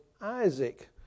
Isaac